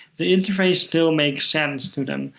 the interface still makes sense to them.